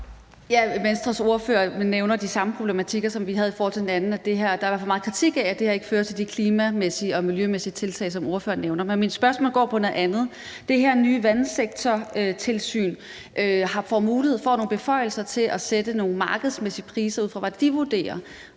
Venstres ordfører nævner de samme problematikker, som vi havde i forhold til den anden ordfører, og der er i hvert fald meget kritik af, at det her ikke fører til de klimamæssige og miljømæssige tiltag, som ordføreren nævner. Men mit spørgsmål går på noget andet. Det her nye vandsektortilsyn får nogle beføjelser til at fastsætte nogle markedsmæssige priser ud fra, hvad de vurderer,